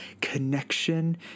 connection